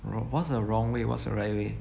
wrong what's the wrong what's the right way